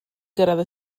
gyrraedd